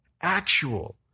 actual